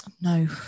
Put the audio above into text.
no